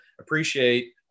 appreciate